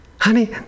honey